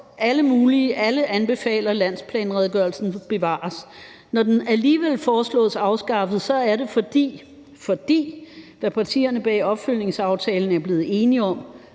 alle mulige – anbefaler, at landsplanredegørelsen bevares. Når den alligevel foreslås afskaffet, er det, fordi partierne bag opfølgningsaftalen er blevet enige om